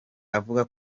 avuga